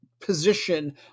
position